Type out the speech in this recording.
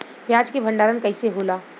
प्याज के भंडारन कइसे होला?